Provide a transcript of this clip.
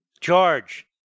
George